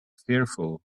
fearful